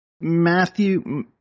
Matthew